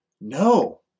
no